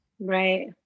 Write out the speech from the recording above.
Right